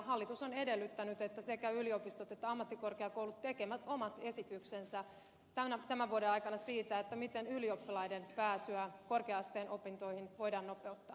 hallitus on edellyttänyt että sekä yliopistot että ammattikorkeakoulut tekevät omat esityksensä tämän vuoden aikana siitä miten ylioppilaiden pääsyä korkea asteen opintoihin voidaan nopeuttaa